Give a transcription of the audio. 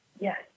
Yes